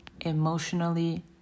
emotionally